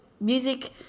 music